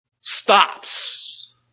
stops